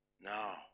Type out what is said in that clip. now